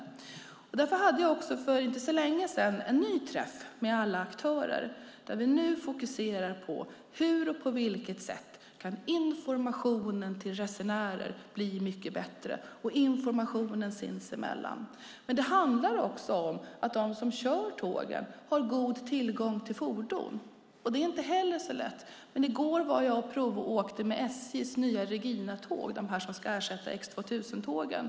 Jag hade för inte så länge sedan en ny träff med alla aktörer där vi nu fokuserar på: Hur och på vilket sätt kan information till resenärer bli mycket bättre och informationen sinsemellan? Det handlar också om att de som kör tågen har god tillgång till fordon. Det är inte heller så lätt. I går var jag och provåkte SJ:s nya Reginatåg som ska ersätta X2000-tågen.